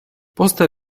poste